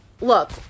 look